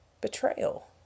betrayal